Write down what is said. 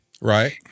Right